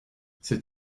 cet